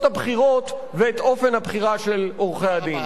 הבחירות ואת אופן הבחירה של עורכי-הדין.